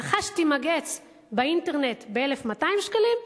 רכשתי מגהץ באינטרנט ב-1,200 שקלים,